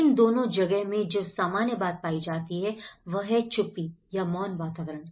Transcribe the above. इन दोनों जगह में जो सामान्य बात पाई जाती है वह है चुप्पी या मौन वातावरण